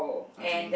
okay